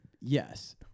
Yes